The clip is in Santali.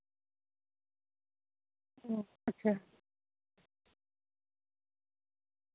ᱦᱩᱸ ᱟᱪᱪᱷᱟ